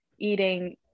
eating